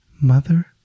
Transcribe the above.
Mother